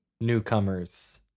newcomers